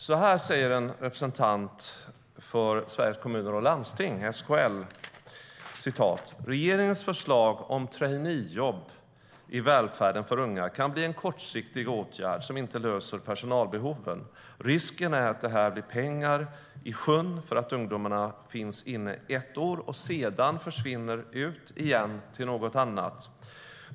Så här säger en representant för Sveriges Kommuner och Landsting, SKL: "Regeringens förslag om traineejobb i välfärden för unga kan bli en kortsiktig åtgärd som inte löser personalbehoven. Risken är att det här blir pengar i sjön för att ungdomarna finns inne ett år och sedan försvinner ut igen till något annat.